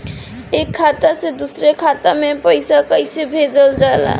एक खाता से दूसरे खाता मे पइसा कईसे भेजल जा सकेला?